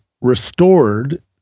restored